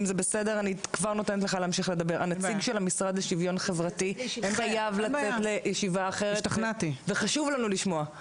הנציג של המשרד לשיווין חברתי חייב לצאת לישיבה אחרת וחשוב לנו לשמוע.